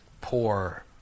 poor